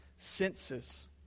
senses